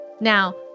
Now